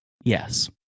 Yes